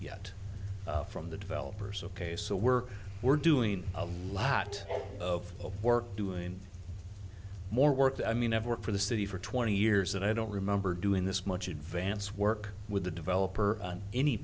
yet from the developers ok so we're we're doing a lot of work doing more work i mean ever work for the city for twenty years and i don't remember doing this much advance work with the developer on any